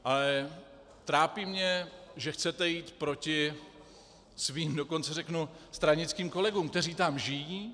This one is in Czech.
Ale trápí mě, že chcete jít proti svým, dokonce řeknu stranickým kolegům, kteří tam žijí.